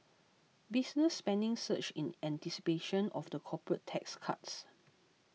business spending surged in anticipation of the corporate tax cuts